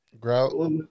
grout